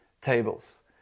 tables